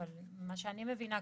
אבל ממה שאני מבינה,